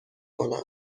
کنم